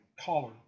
collar